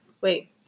Wait